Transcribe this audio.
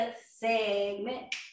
segment